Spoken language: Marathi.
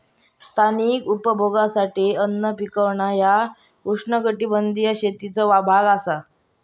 स्थानिक उपभोगासाठी अन्न पिकवणा ह्या उष्णकटिबंधीय शेतीचो भाग असा